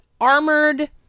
armored